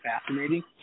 fascinating